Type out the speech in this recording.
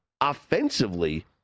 offensively